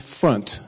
front